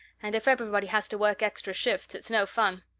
and if everybody has to work extra shifts, it's no fun.